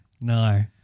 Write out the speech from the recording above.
no